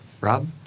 Rob